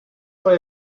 play